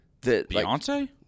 Beyonce